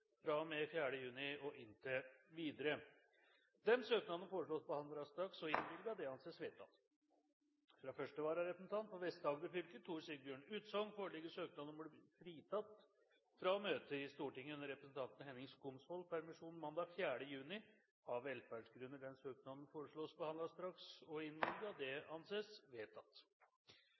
og med 4. juni og inntil videre Disse søknader foreslås behandlet straks og innvilges. – Det anses vedtatt. Fra første vararepresentant for Vest-Agder fylke, Tor Sigbjørn Utsogn, foreligger søknad om å bli fritatt fra å møte i Stortinget under representanten Henning Skumsvolls permisjon mandag 4. juni, av velferdsgrunner. Etter forslag fra presidenten ble enstemmig besluttet: Søknaden behandles straks og